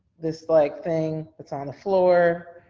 this like thing that's on the floor,